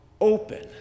open